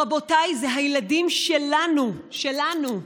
רבותיי, אלה הילדים שלנו, שלנו.